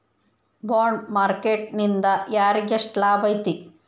Bond market ನಿಂದಾ ಯಾರಿಗ್ಯೆಷ್ಟ್ ಲಾಭೈತಿ?